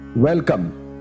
Welcome